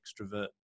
extrovert